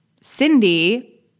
Cindy